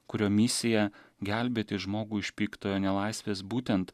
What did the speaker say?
kurio misija gelbėti žmogų iš piktojo nelaisvės būtent